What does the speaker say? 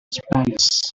spanish